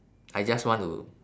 I just want to